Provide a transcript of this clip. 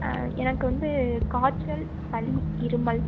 ஆ எனக்கு வந்து காய்ச்சல் சளி இருமல்